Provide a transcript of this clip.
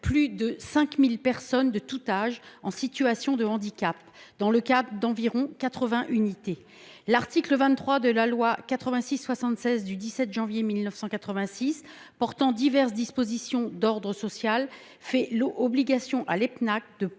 plus de 5 000 personnes de tous âges en situation de handicap dans le cadre d’environ quatre vingts unités. L’article 23 de la loi du 17 janvier 1986 portant diverses dispositions d’ordre social fait obligation à l’Epnak